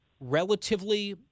Relatively